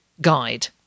guide